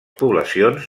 poblacions